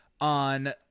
on